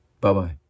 Bye-bye